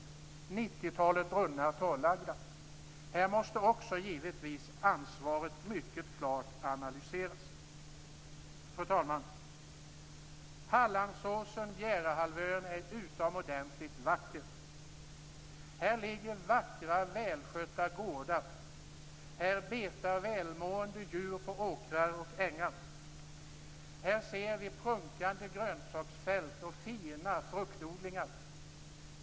Ett nittiotal brunnar är torrlagda. Också här måste ansvaret mycket klart analyseras. Fru talman! Hallandsåsen och Bjärehalvön är utomordentligt vackert. Här ligger vackra, välskötta gårdar. Här betar välmående djur på åkrar och ängar. Här ser vi prunkande grönsaksfält och fina fruktodlingar.